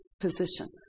position